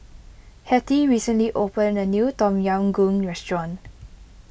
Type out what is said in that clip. Hettie recently opened a new Tom Yam Goong restaurant